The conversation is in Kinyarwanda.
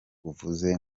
uvuze